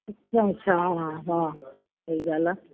अच्छा अच्छा हा हा सही ॻाल्हि आहे